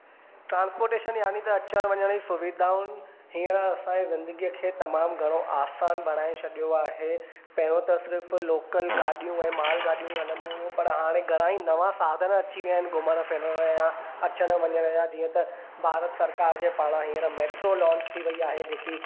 transportation याने त अचण वञण जी सुविधाऊं हींअर असांजी ज़िन्दगीअ खे तमामु घणो आसान बणाए छॾियो आहे पहिरों त सिर्फ़ लोकल गाॾियूं ऐं माल गाॾियूं ई हलंदी हुयूं पर हाणे घणा ई नवा साधन अची विया आहिनि घुमण फिरण जा अचण वञण जा जीअं त भारत सरकारि जे पारां हींअर मैट्रो लौंच थी वई आहे जेकी